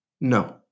No